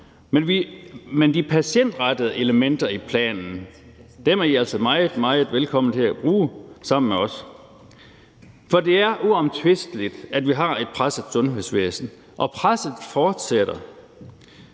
men de patientrettede elementer i planen er I altså meget, meget velkomne til at bruge sammen med os. For det er uomtvisteligt, at vi har et presset sundhedsvæsen, og presset fortsætter.